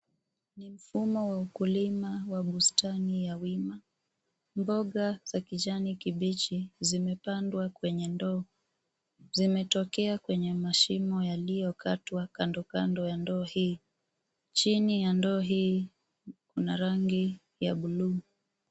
Ni mfumo wa ukulima wa bustani ya wima. Mboga za kijani kibichi zimepandwa kwenye ndoo. Zimetokea kwenye mashimo yaliyokatwa kando kando ya ndoo hii. Chini ya ndoo hii, kuna rangi ya blue .